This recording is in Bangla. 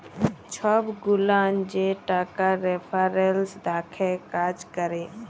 ছব গুলান যে টাকার রেফারেলস দ্যাখে কাজ ক্যরে